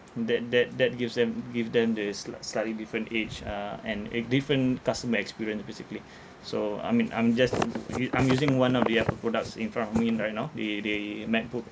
that that that gives them give them the s~ slightly different edge uh and uh different customer experience ah basically so I mean I'm just I'm using one of the Apple products in front of me right now the the macbook